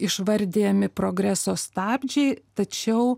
išvardijami progreso stabdžiai tačiau